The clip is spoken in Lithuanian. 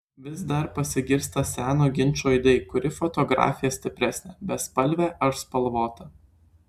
vis dar pasigirsta seno ginčo aidai kuri fotografija stipresnė bespalvė ar spalvota